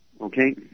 Okay